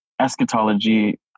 eschatology